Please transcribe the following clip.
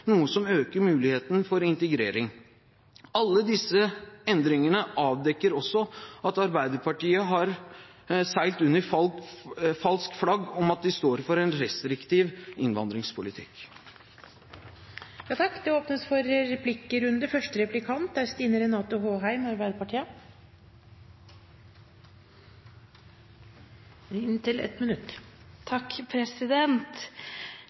noe som øker muligheten for integrering. Alle disse endringene avdekker også at Arbeiderpartiet har seilt under falskt flagg om at de står for en restriktiv innvandringspolitikk. Det blir replikkordskifte. Statsråd Horne har satt i gang et prisverdig engasjement, mener jeg, for å øke bosettingen i norske kommuner. Men det er